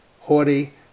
haughty